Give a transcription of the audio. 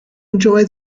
enjoy